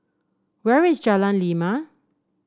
where is Jalan Lima